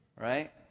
Right